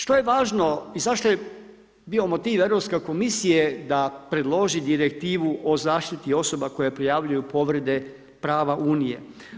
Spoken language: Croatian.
Što je važno i zašto je bio motiv europske komisije da predloži direktivu o zaštiti osoba koje prijavljuju povrede prava unije?